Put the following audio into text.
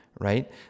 right